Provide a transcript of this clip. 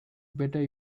better